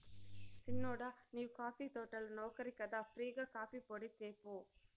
సిన్నోడా నీవు కాఫీ తోటల నౌకరి కదా ఫ్రీ గా కాఫీపొడి తేపో